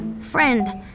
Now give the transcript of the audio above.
friend